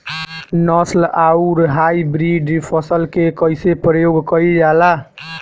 नस्ल आउर हाइब्रिड फसल के कइसे प्रयोग कइल जाला?